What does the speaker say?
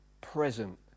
present